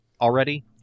already